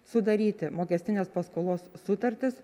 sudaryti mokestinės paskolos sutartis